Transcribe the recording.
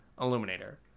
Illuminator